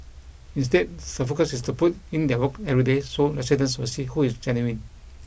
instead the focus is to put in their work every day so residents will see who is genuine